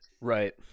Right